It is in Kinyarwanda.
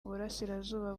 burasirazuba